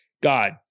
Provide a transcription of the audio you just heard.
God